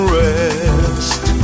rest